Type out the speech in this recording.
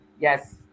Yes